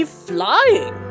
flying